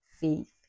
faith